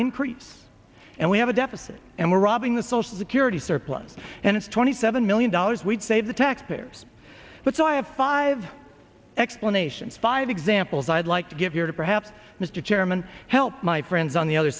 increase and we have a deficit and we're robbing the social security surplus and it's twenty seven million dollars we'd save the taxpayers but so i have five explanations five examples i'd like to give your to perhaps mr chairman help my friends on the other